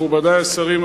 מכובדי השרים,